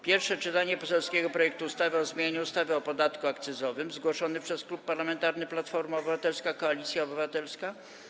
Pierwsze czytanie poselskiego projektu ustawy o zmianie ustawy o podatku akcyzowym - punkt zgłoszony przez Klub Parlamentarny Platforma Obywatelska - Koalicja Obywatelska,